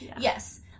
Yes